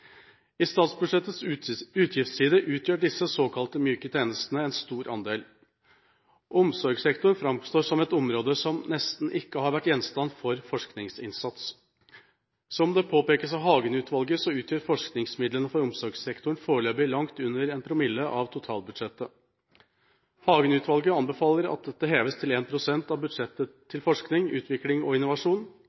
I statsbudsjettets utgiftsside utgjør disse såkalte myke tjenestene en stor andel. Omsorgsektoren framstår som et område som nesten ikke har vært gjenstand for forskningsinnsats. Som det påpekes av Hagen-utvalget, utgjør forskningsmidlene for omsorgssektoren foreløpig langt under 1 promille av totalbudsjettet. Hagen-utvalget anbefaler at dette heves til 1 pst. av budsjettet til forskning, utvikling og innovasjon,